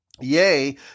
Yea